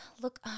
look